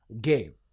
game